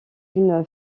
une